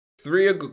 three